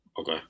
Okay